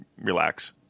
Relax